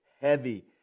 heavy